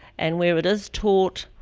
and where it is taught,